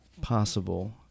possible